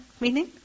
meaning